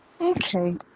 Okay